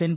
N